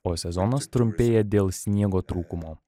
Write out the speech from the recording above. o sezonas trumpėja dėl sniego trūkumo